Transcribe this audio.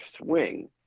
swing